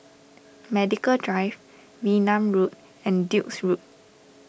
Medical Drive Wee Nam Road and Duke's Road